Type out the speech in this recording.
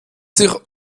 sich